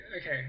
okay